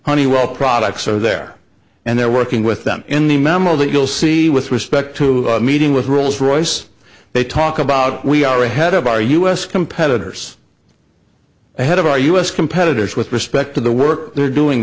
honeywell products are there and they're working with them in the memo that you'll see with respect to meeting with rolls royce they talk about we are ahead of our u s competitors ahead of our u s competitors with respect to the work they're doing